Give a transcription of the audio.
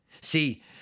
See